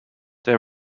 they